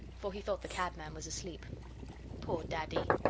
for he thought the cabman was asleep poor daddy!